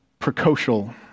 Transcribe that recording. precocial